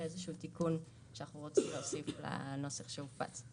איזשהו תיקון שאנחנו רוצים להוסיף לנוסח שהופץ.